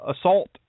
assault